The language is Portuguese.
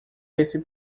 esse